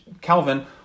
Calvin